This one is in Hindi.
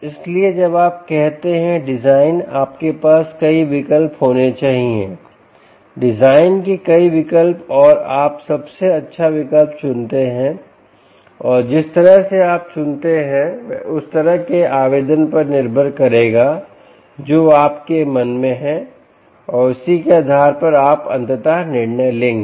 इसलिए जब आप कहते हैं डिज़ाइन आपके पास कई विकल्प होने चाहिए डिज़ाइन के कई विकल्प और आप सबसे अच्छा विकल्प चुनते हैं और जिस तरह से आप चुनते हैं वह उस तरह के आवेदन पर निर्भर करेगा जो आपके मन में है और उसी के आधार पर आप अंततः निर्णय लेंगे